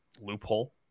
loophole